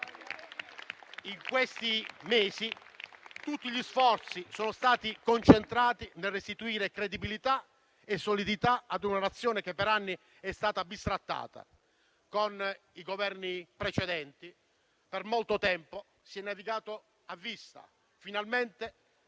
In questi mesi tutti gli sforzi sono stati concentrati nel restituire credibilità e solidità ad una Nazione che per anni è stata bistrattata; con i Governi precedenti per molto tempo si è navigato a vista, ma finalmente